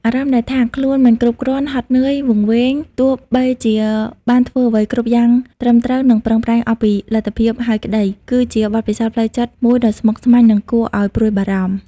អារម្មណ៍ដែលថា ខ្លួនមិនគ្រប់គ្រាន់ ហត់នឿយ វង្វេង ទោះបីជាបានធ្វើអ្វីគ្រប់យ៉ាងត្រឹមត្រូវ និងប្រឹងប្រែងអស់ពីលទ្ធភាពហើយក្តី គឺជាបទពិសោធន៍ផ្លូវចិត្តមួយដ៏ស្មុគស្មាញ និងគួរឲ្យព្រួយបារម្ភ។